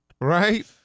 Right